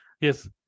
Yes